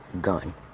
gun